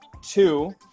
two